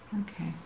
Okay